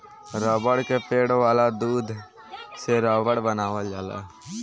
रबड़ के पेड़ वाला दूध से रबड़ बनावल जाला